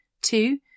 Two